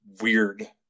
weird